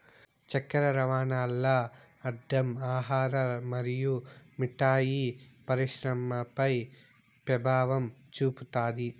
చక్కర రవాణాల్ల అడ్డం ఆహార మరియు మిఠాయి పరిశ్రమపై పెభావం చూపుతాది